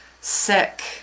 sick